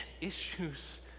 issues